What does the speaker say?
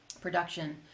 production